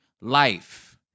life